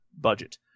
budget